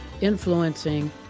influencing